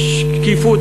שקיפות,